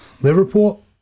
Liverpool